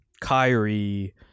Kyrie